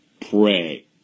pray